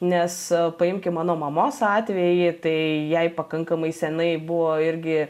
nes paimkim mano mamos atvejį tai jai pakankamai senai buvo irgi